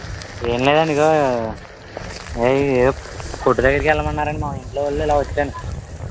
ఏంలేదండీ ఇగో ఎ ఎయ్యో కొట్టుదగ్గరకి వెళ్ళమన్నారండి మా ఇంట్లోవాళ్ళు ఇలా వచ్చాను